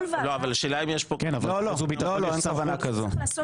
השאלה אם יש פה --- לא, אין כוונה כזאת.